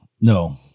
No